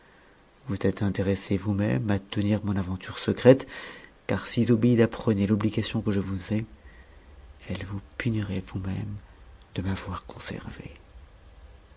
vous êtes intéressé vous-même tenir mon aventure secrète car si zobéide apprenait l'obligation que je vous ai elle vous punirait vous-même de m'avoir conservée